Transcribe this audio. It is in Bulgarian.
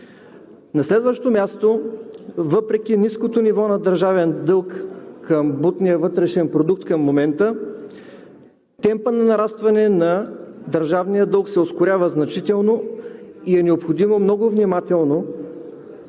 На следващо място, въпреки ниското ниво на държавен дълг към брутния вътрешен продукт към момента, темпът на нарастване на държавния дълг се ускорява значително и е необходимо много внимателно